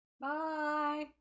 Bye